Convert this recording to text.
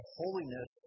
holiness